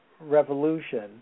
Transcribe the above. revolution